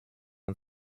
und